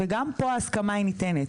וגם פה ההסכמה היא ניתנת.